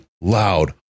loud